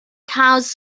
cows